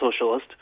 socialist